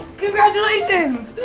congratulations!